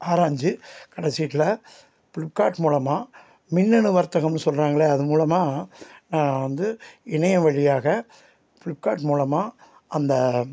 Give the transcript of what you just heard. ஆராஞ்சு கடைசில ஃப்ளிப்கார்ட் மூலமாக மின்னணு வர்த்தகம்ன்னு சொல்றாங்களே அது மூலமாக நான் வந்து இணைய வழியாக ஃப்ளிப்கார்ட் மூலமாக அந்த